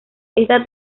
esta